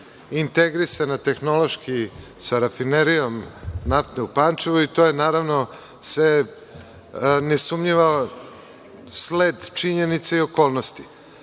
integrisana tehnološki sa rafinerijom nafte u Pančevu, i to je sve nesumnjivo sled činjenica i okolnosti. Moram